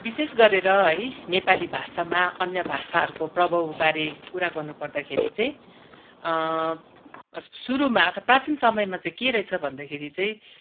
विशेष गरेर है नेपाली भाषामा अन्य भाषाहरूको प्रभावबारे कुरा गर्नु पर्दाखेरि चाहिँ सुरूमा प्राचीन समयमा चाहिँ के रहेछ भन्दाखेरि चाहिँ